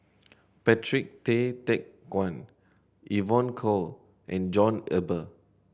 Patrick Tay Teck Guan Evon Kow and John Eber